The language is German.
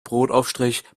brotaufstrich